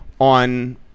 On